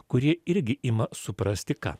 kurie irgi ima suprasti ką